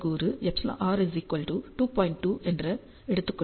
2 என்று எடுத்துக் கொள்கிறோம்